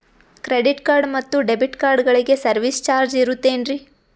Credit card ಮತ್ತು debit ಕಾರ್ಡಗಳಿಗೆ service charge ಇರುತೇನ್ರಿ?